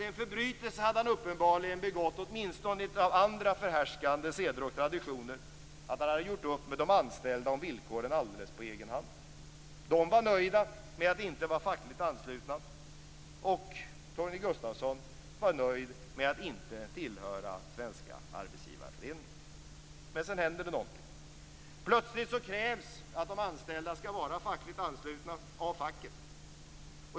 Den förbrytelsen hade han uppenbarligen begått, åtminstone av andra förhärskande seder och traditioner, att han hade gjort upp med de anställda om villkoren alldeles på egen hand. De var nöjda med att inte vara fackligt anslutna, och Torgny Gustafsson var nöjd med att inte tillhöra Svenska arbetsgivareföreningen. Sedan händer något. Plötsligt krävs av facket att de anställda skall vara fackligt anslutna.